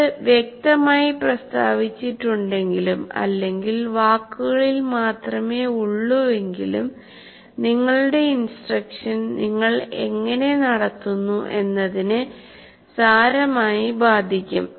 ഇത് വ്യക്തമായി പ്രസ്താവിച്ചിട്ടുണ്ടെകിലും അല്ലെങ്കിൽ വാക്കുകളിൽ മാത്രമേ ഉള്ളുവെങ്കിലും നിങ്ങളുടെ ഇൻസ്ട്രക്ഷൻ നിങ്ങൾ എങ്ങനെ നടത്തുന്നു എന്നതിനെ സാരമായി ബാധിക്കും